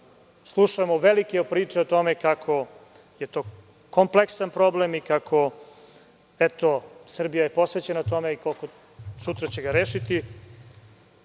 slušamo velike priče o tome kako je to kompleksan problem, kako je Srbija posvećena tome i koliko sutra će ga rešiti?